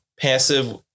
passive